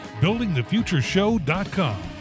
buildingthefutureshow.com